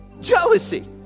jealousy